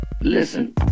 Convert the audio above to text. listen